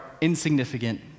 insignificant